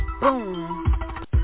Boom